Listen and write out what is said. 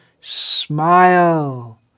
smile